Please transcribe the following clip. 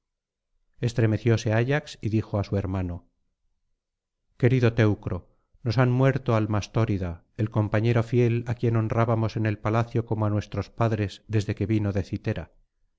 estremecióse ayax y dijo á su hermano querido teucro nos han muerto al mastórida el compañero fiel á quien honrábamos en el palacio como á nuestros padres desde que vino de citera